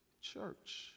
church